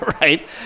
Right